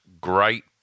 great